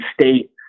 state